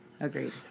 Agreed